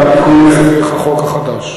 והתיקון ייעשה דרך החוק החדש.